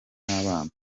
n’abana